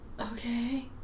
Okay